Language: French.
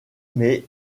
met